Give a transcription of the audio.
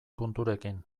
punturekin